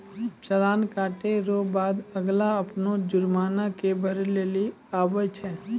चालान कटे रो बाद अगला अपनो जुर्माना के भरै लेली आवै छै